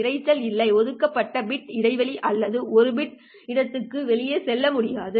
இரைச்சல் இல்லை ஒதுக்கப்பட்ட பிட் இடைவெளி அல்லது ஒரு பிட் இடத்துக்கு வெளியே செல்ல முடியாது